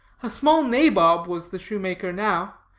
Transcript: a small nabob was the shoemaker now,